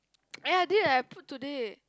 ya did I put today